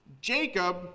Jacob